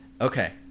Okay